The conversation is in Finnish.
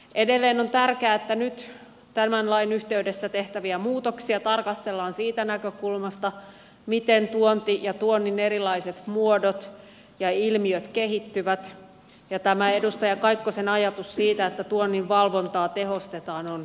edelleen on tärkeää että nyt tämän lain yhteydessä tehtäviä muutoksia tarkastellaan siitä näkökulmasta miten tuonti ja tuonnin erilaiset muodot ja ilmiöt kehittyvät ja tämä edustaja kaikkosen ajatus siitä että tuonnin valvontaa tehostetaan on kannatettava